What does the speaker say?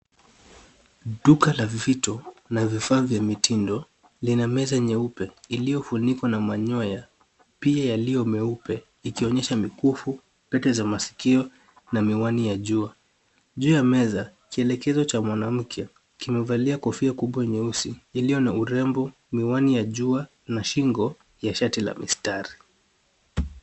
Duka la vitu na vifaa vya mitindo lina meza nyeupe iliyofunikwa na manyoya pia yaliyo meupe ikionyesha mikufu, pete za masikio na miwani ya jua. Juu ya meza, kielekezo cha mwanamke kimevalia kofia kubwa nyeusi, ilio na urembo, miwani ya jua na shingo ya shati la mistari.